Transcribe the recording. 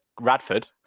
Radford